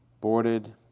boarded